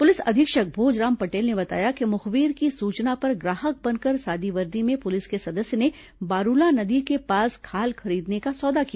police अधीक्षक भोजराम पटेल ने बताया कि मुखबिर की सूचना पर ग्राहक बनकर सादी वर्दी में पुलिस के सदस्य ने बारूला नदी के पास खाल खरीदने का सौदा किया